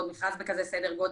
ועוד מכרז בכזה סדר-גודל,